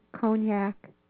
cognac